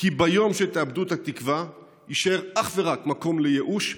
כי ביום שתאבדו את התקווה יישאר אך ורק מקום לייאוש,